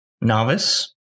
novice